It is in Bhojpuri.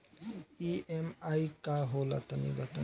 ई.एम.आई का होला तनि बताई?